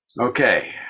Okay